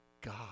God